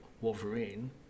Wolverine